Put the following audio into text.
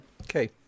Okay